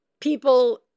people